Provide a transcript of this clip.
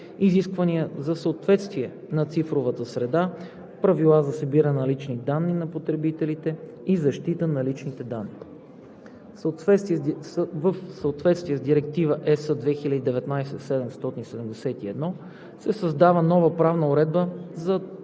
изисквания за съответствие на цифровата среда, правила за събиране на лични данни на потребителите и защита на личните данни. В съответствие с Директива (ЕС) 2019/771 се създава нова правна уредба на